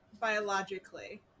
biologically